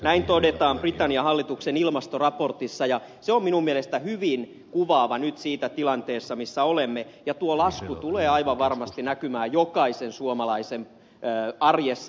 näin todetaan britannian hallituksen ilmastoraportissa ja se on minun mielestäni hyvin kuvaava nyt siinä tilanteesta missä olemme ja tuo lasku tulee aivan varmasti näkymään jokaisen suomalaisen arjessa